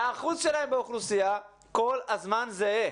האחוז שלהם באוכלוסייה כל הזמן זהה.